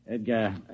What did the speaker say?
Edgar